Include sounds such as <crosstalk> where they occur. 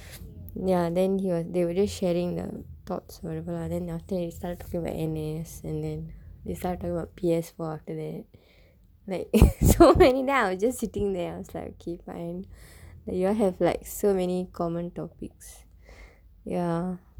ya then he was they will just sharing their thoughts or whatever lah then after that you started to talk about N_S and then they started talking about P_S_four after that <laughs> like so many then I was just sitting there I was like okay fine that you all have like so many common topics ya